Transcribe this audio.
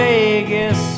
Vegas